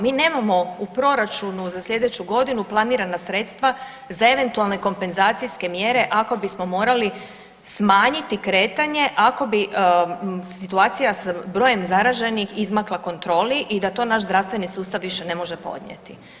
Mi nemamo u proračunu za sljedeću godinu planirana sredstva za eventualne kompenzacijske mjere ako bismo morali smanjiti kretanje ako bi situacija s brojem zaraženih izmakla kontroli i da to naš zdravstveni sustav više ne može podnijeti.